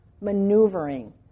maneuvering